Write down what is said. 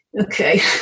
okay